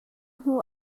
hnu